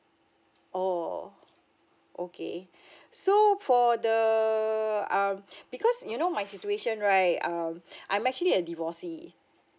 orh okay so for the um because you know my situation right um I'm actually a divorcee